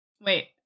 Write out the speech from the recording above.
wait